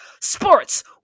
sports